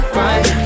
right